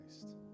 Christ